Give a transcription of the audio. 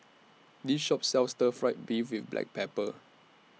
This Shop sells Stir Fry Beef with Black Pepper